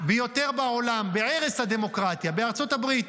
ביותר בעולם, בערש הדמוקרטיה, בארצות הברית.